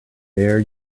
there